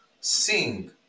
Sing